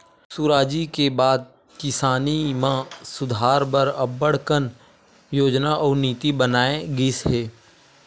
सुराजी के बाद किसानी म सुधार बर अब्बड़ कन योजना अउ नीति बनाए गिस हे